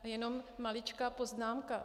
Jenom maličká poznámka.